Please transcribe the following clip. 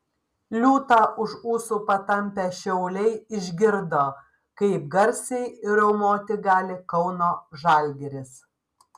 liūtą už ūsų patampę šiauliai išgirdo kaip garsiai riaumoti gali kauno žalgiris